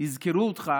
יזכרו אותך